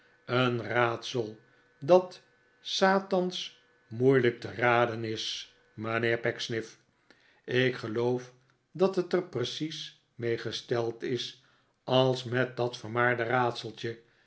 een raadsel dat satansch moeilijk te raden is mijnheer pecksniff ik geloof dat het er precies mee is gesteld als met dat vermaarde raadseltje